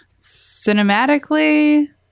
Cinematically